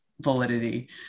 validity